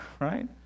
right